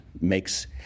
makes